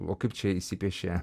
o kaip čia įšsipiešė